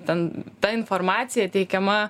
ten ta informacija teikiama